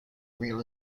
real